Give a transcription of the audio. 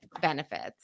benefits